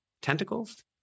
tentacles